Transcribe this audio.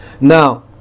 Now